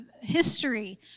history